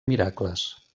miracles